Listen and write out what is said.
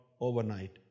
overnight